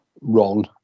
ron